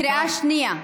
קריאה שנייה.